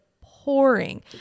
pouring